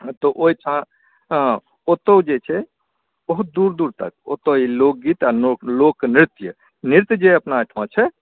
तऽ ओहिठाम ओतहु जे छै बहुत दूर दूर तक ओतय ई लोकगीत आ लोक लोकनृत्य नृत्य जे अपना एहिठमा छै